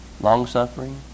long-suffering